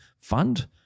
fund